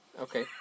Okay